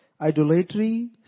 idolatry